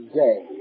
day